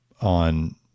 on